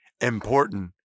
important